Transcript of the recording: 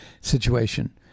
situation